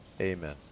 Amen